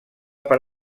per